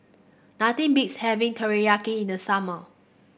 nothing beats having Teriyaki in the summer